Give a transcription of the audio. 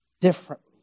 differently